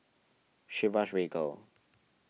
Chivas Regal